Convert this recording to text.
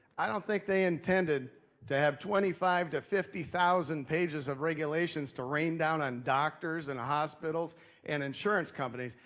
i don't think they intended to have twenty five to fifty thousand pages of regulations to rain down on doctors and hospitals and insurance companies.